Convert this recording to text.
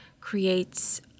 creates